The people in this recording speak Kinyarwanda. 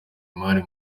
imari